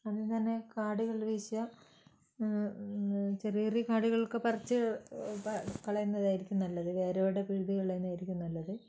ആദ്യം തന്നെ കാടുകൾ വീശുക ചെറിയ ചെറിയ കാടുകളൊക്കെ പറിച്ച് കളയുന്നതായിരിക്കും നല്ലത് വേരോടെ പിഴുത് കളയുന്നതായിരിക്കും നല്ലത്